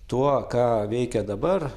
tuo ką veikia dabar